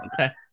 Okay